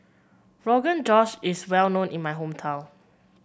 Rogan Josh is well known in my hometown